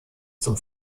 zum